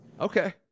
Okay